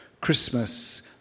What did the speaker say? Christmas